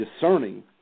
discerning